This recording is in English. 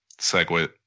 Segwit